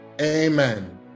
amen